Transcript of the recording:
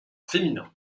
féminin